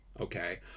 okay